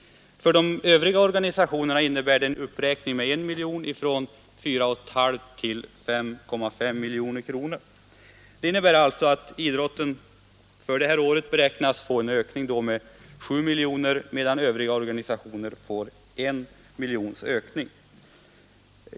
För de övriga organisationerna innebär det en uppräkning med 1 miljon, från 4,5 till 5,5 miljoner. Detta betyder alltså att idrotten för det här året beräknas få en ökning med 7 miljoner kronor, medan övriga organisationer får I miljon kronors ökning.